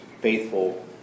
faithful